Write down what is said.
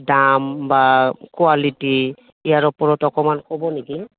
দাম বা কোৱালিটি ইয়াৰ ওপৰত অকণমান ক'ব নেকি